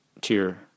tier